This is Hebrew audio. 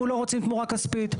אנחנו לא רוצים תמורה כספית,